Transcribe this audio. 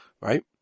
right